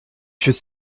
should